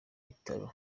bitaro